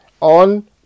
on